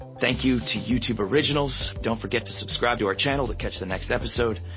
thank you to youtube originals. don't forget to subscribe to our channel to catch the next episode.